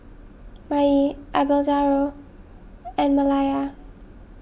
Maye Abelardo and Malaya